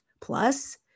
plus